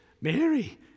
Mary